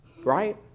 right